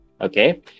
okay